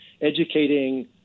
educating